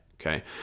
Okay